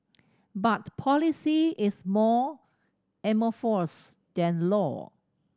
but policy is more amorphous than law